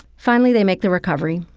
finally, they make the recovery.